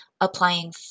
applying